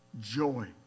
joy